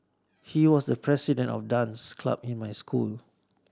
he was the president of dance club in my school